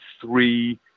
three